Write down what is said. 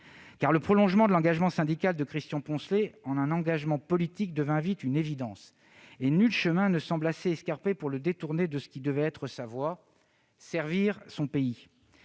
Car le prolongement de l'engagement syndical de Christian Poncelet par un engagement politique devient vite une évidence, et nul chemin ne semble assez escarpé pour le détourner de ce qui devait être sa voie : servir son pays.